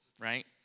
right